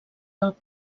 del